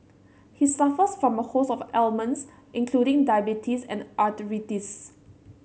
he suffers from a host of ailments including diabetes and arthritis